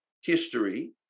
history